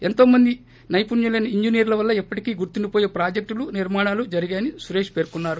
ఎంతోమంది నైపుణ్యలైన ఇంజనీర్ల వల్లే ఎప్పటికి గుర్తుండిపోయే ప్రాజెక్టులు నిర్మాణాలు జరిగాయని సురేష్ పేర్కొన్నారు